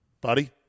Buddy